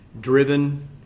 driven